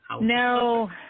No